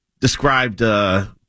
described